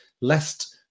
lest